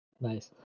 Nice